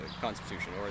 constitution